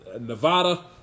Nevada